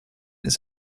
his